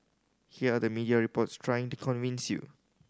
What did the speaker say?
here are the media reports trying to convince you